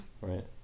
Right